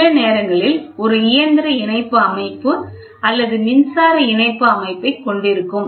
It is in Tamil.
சில நேரங்களில் ஒரு இயந்திர இணைப்பு அமைப்பு அல்லது மின்சார இணைப்பு அமைப்பை கொண்டிருக்கும்